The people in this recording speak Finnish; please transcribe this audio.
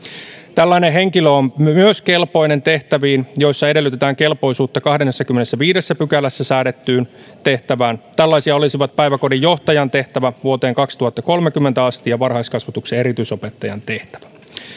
tällainen henkilö on kelpoinen myös tehtäviin joissa edellytetään kelpoisuutta kahdennessakymmenennessäviidennessä pykälässä säädettyyn tehtävään tällaisia olisivat päiväkodin johtajan tehtävä vuoteen kaksituhattakolmekymmentä asti ja varhaiskasvatuksen erityisopettajan tehtävä